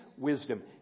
wisdom